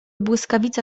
błyskawica